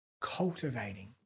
cultivating